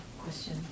question